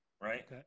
right